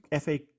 FA